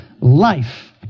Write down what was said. life